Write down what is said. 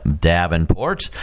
Davenport